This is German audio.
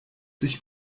sich